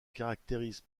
caractérise